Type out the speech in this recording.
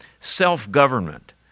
self-government